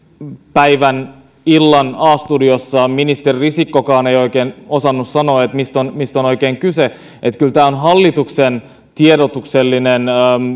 illan a studiossa ministeri risikkokaan ei oikein osannut sanoa mistä oikein on kyse niin että kyllä tämä on hallituksen tiedotuksellinen